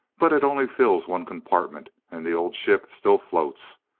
but it only fills one compartment, and the old ship still floats.